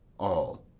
all.